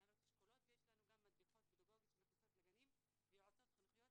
מנהלות אשכולות וגם מדריכות פדגוגיות שנכנסות לגנים ועושות חונכויות,